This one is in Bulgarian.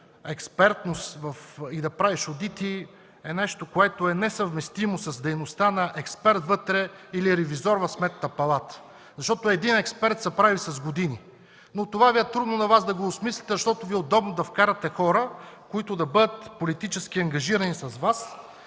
експертност и да правиш одити е нещо, което е несъвместимо с дейността на експерт вътре или ревизор в Сметната палата, защото един експерт се прави с години. На Вас Ви е трудно да осмислите това, защото Ви е удобно да вкарате хора, които да бъдат политически ангажирани с Вас